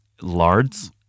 lards